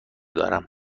دارم